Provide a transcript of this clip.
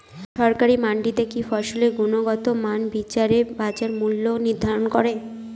সরকারি মান্ডিতে কি ফসলের গুনগতমান বিচারে বাজার মূল্য নির্ধারণ করেন?